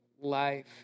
life